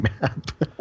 map